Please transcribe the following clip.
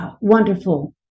wonderful